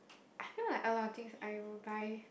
I feel like a lot of things I will buy